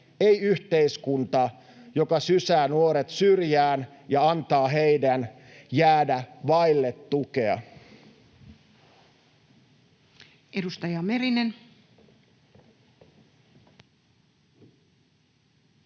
ei yhteiskunta, joka sysää nuoret syrjään ja antaa heidän jäädä vaille tukea.